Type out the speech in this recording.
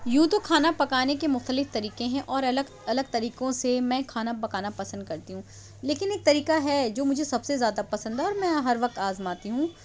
یوں تو کھانا پکانے کے مختلف طریقے ہیں اور الگ الگ طریقوں سے میں کھانا پکانا پسند کرتی ہوں لیکن ایک طریقہ ہے جو مجھے سب سے زیادہ پسند ہے اور میں ہر وقت آزماتی ہوں